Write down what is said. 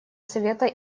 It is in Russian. совета